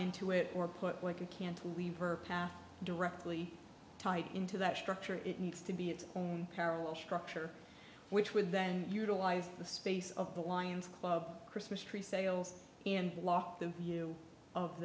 into it or put it like you can't leave her path directly tied into that structure it needs to be its own parallel structure which would then utilize the space of the lions club christmas tree sales and block the view of